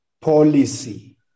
policy